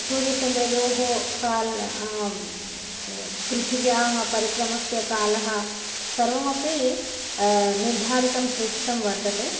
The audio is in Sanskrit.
सूर्यचन्द्रयोः कालः पृथिव्याः परिक्रमस्य कालः सर्वः अपि निर्धारितः सूचितः वर्तते